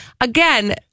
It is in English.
again